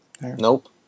Nope